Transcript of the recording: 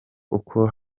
kuko